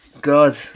God